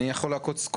אני יכול לעקוץ.